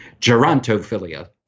gerontophilia